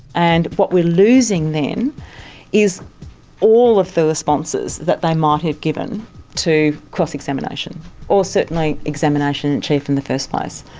and what we're losing then is all of the responses that they might have given to cross-examination or certainly examination achieved in the first place.